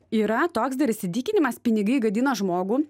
yra toks dar įsitikinimas pinigai gadina žmogų